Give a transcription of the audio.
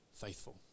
faithful